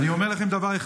אני אומר לכם דבר אחד.